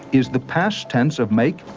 is the past tense of make,